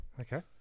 Okay